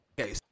okay